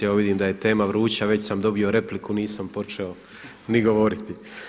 Evo vidim da je tema vruća, već sam dobio repliku, nisam počeo ni govoriti.